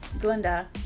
Glinda